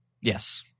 Yes